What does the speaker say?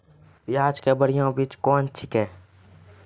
प्याज के बढ़िया बीज कौन छिकै?